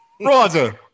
Roger